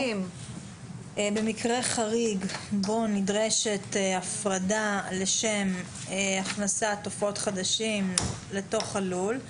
במקרה חריג בו נדרשת הפרדה לשם הכנסת עופות חדשים לתוך הלול,